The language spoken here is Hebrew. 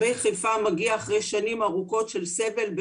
אחרי שנים ארוכות של סבל,